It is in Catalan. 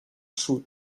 sud